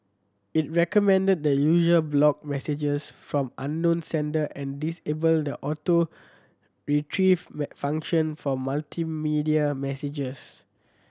it recommended that user block messages from unknown sender and disable the Auto Retrieve function for multimedia messages